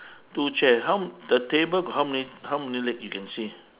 two chairs how the table got how many how many leg you can see